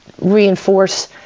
reinforce